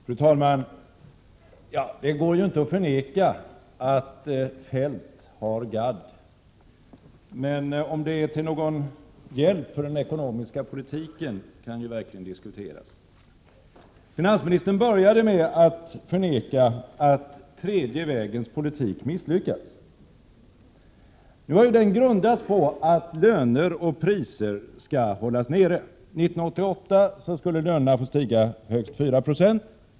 Fru talman! Det går inte att förneka att Feldt har ”gadd”. Om det är till någon hjälp för den ekonomiska politiken kan ju verkligen diskuteras. Finansministern började med att förneka att den tredje vägens politik har 49 misslyckats. Den byggde på att löner och priser skulle hållas nere. År 1988 skulle lönerna få stiga högst 4 26.